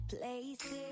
places